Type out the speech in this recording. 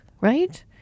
right